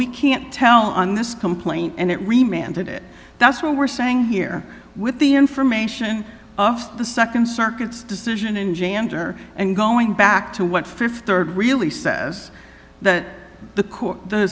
we can't tell on this complaint and it remained it that's what we're saying here with the information off the nd circuit's decision in jantar and going back to what th rd really says that the